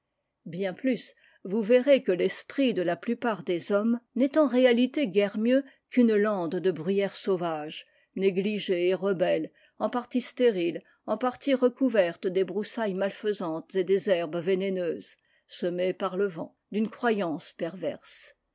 bien plus vous verrez que l'esprit de la plupart des hommes n'est en réalité guère mieux qu'une lande de bruyères sauvage négligée et rebelle en partie stérile en partie recouverte des broussailles malfaisantes et des herbes vénéneuses semées par le vent d'une croyance perverse